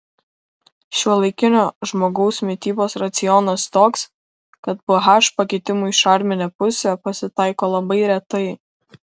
šiuolaikinio žmogaus mitybos racionas toks kad ph pakitimų į šarminę pusę pasitaiko labai retai